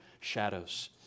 shadows